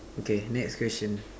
okay next question